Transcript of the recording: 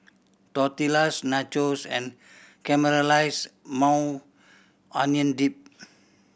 Tortillas Nachos and Caramelized Maui Onion Dip